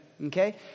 okay